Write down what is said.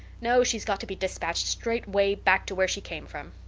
no, she's got to be despatched straight-way back to where she came from.